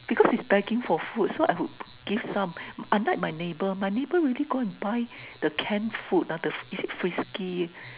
because is begging for food so I would give some unlike my neighbor my neighbor really go and buy the can food the is it Frisky